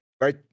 Right